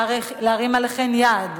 להרים עליכן יד,